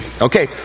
Okay